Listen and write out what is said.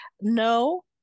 no